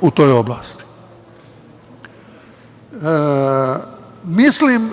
u toj oblasti. Mislim